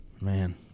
man